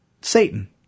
Satan